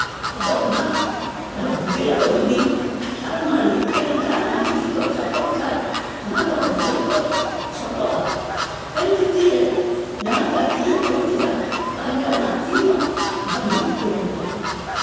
ᱟᱫᱚ ᱚᱱᱟ ᱜᱤᱫᱽᱨᱟᱹ ᱠᱚ ᱡᱩᱫᱤ ᱛᱟᱨᱢᱟᱨ ᱞᱤᱠ ᱛᱟᱦᱮᱸ ᱞᱮᱵᱠᱷᱟᱡ ᱚᱱᱟ ᱡᱩᱫᱤ ᱠᱚ ᱪᱟᱯᱚ ᱞᱮᱠᱷᱟᱡ ᱚᱱᱟᱫᱚ ᱜᱤᱫᱽᱨᱟᱹ ᱠᱚ ᱥᱚᱴᱚᱜᱼᱟ ᱯᱷᱮᱱ ᱡᱩᱫᱤ ᱡᱟᱦᱟᱸ ᱞᱮᱠᱟ ᱛᱤᱭᱮ ᱠᱷᱟᱹᱲ ᱠᱮᱫᱟ ᱛᱟᱦᱚᱞᱮ ᱚᱱᱟ ᱛᱤ ᱦᱚᱸ ᱵᱟᱹᱰᱤ ᱩᱛᱟᱹᱨᱮᱱ ᱛᱟᱭᱟ